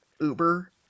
uber